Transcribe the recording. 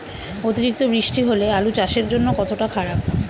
অতিরিক্ত বৃষ্টি হলে আলু চাষের জন্য কতটা খারাপ?